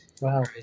Wow